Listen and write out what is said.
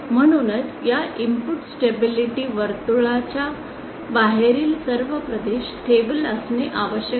म्हणूनच या input stability वर्तुळ च्या बाहेरील सर्व प्रदेश स्टेबल असणे आवश्यक आहे